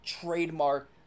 trademark